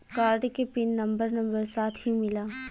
Card के pin number number साथही मिला?